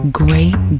great